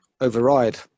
override